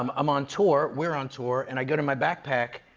i'm um on tour. we're on tour. and i go to my backpack.